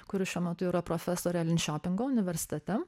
kuri šiuo metu yra profesorė linčiopingo universitete